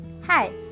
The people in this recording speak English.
Hi